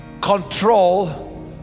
Control